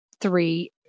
three